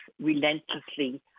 relentlessly